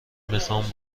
میخوام